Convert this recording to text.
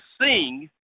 sing